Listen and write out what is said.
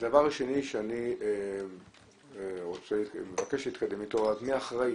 הדבר השני שאני מבקש להתקדם איתו הוא לראות מי אחראי.